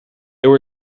there